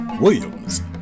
Williams